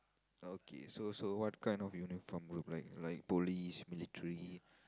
okay so so what kind of uniform look like like police military